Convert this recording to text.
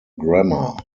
grammar